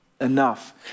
enough